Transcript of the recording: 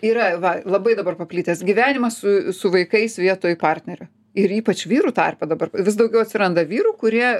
yra va labai dabar paplitęs gyvenimas su su vaikais vietoj partnerio ir ypač vyrų tarpe dabar vis daugiau atsiranda vyrų kurie